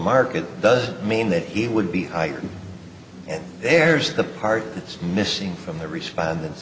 market doesn't mean that he would be hired and there's the part that's missing from the respondents